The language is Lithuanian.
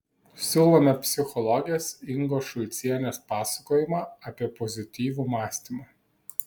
siūlome psichologės ingos šulcienės pasakojimą apie pozityvų mąstymą